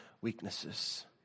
weaknesses